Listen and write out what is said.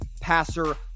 passer